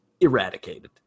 eradicated